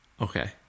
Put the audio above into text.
Okay